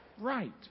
Right